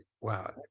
Wow